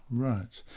right.